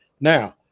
Now